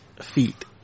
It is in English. feet